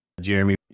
Jeremy